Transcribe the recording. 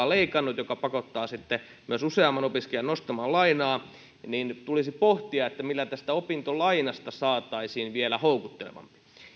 leikannut mikä pakottaa sitten myös useamman opiskelijan nostamaan lainaa tulisi pohtia millä tästä opintolainasta saataisiin vielä houkuttelevampi